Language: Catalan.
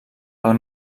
pel